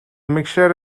mixture